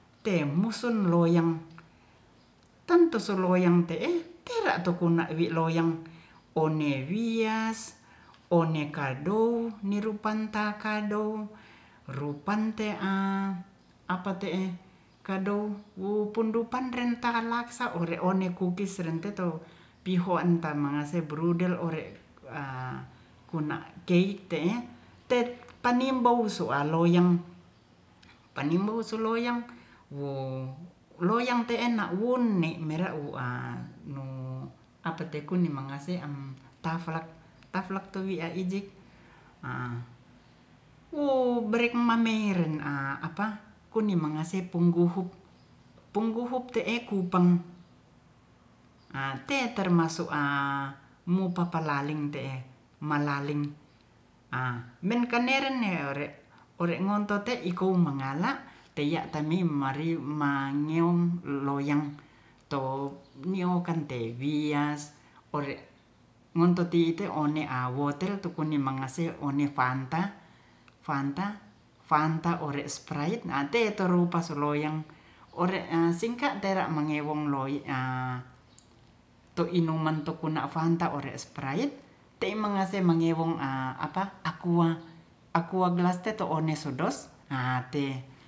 Temusen musen loyang tu tusu loyang te'e tera tu kona wi loyang wiyas tone kaddou nirupa takadou rupante apatu apa te e kadow wu punrupan ren tahan laksa ore one kukis renteto pihoan tamate ta mangase brudel kuna keik te'e tet tanimbou so aloyang panimbou som loyang te'e naune wera wua wun ne mera una apete kuning mangase am taflak taflak tu wie ijik wo berek mameren a kuni mangase pungguhuk, pungguhuk mangase kupang a te termasuk mupapalaling te'e malaling a menkaneren nere ore onto te ikomang mangala teya tami mari mangiung loyang to nio kantr wias ore ngontoto ti te one awote tu kuning mangase one fanta fanta fanta ore sprite nate taru pasuloyang ore singka mangewong lou a to inoman to kona fanta ore sprite te magase mangemo akua gelas to one so dos te